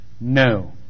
No